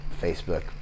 Facebook